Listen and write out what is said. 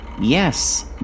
Yes